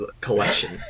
collection